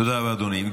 תודה רבה, אדוני.